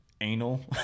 anal